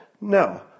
No